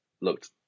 looked